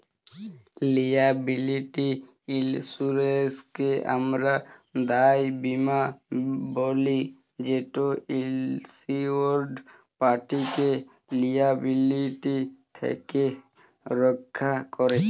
liability ইলসুরেলসকে আমরা দায় বীমা ব্যলি যেট ইলসিওরড পাটিকে লিয়াবিলিটি থ্যাকে রখ্যা ক্যরে